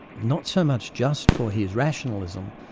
not so much just for his rationalism,